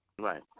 Right